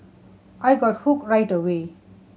I got hooked right away